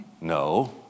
No